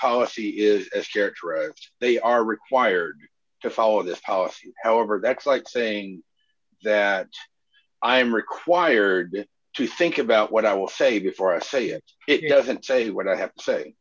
scared they are required to follow this policy however that's like saying that i am required to think about what i will say before i say it it doesn't say what i have to say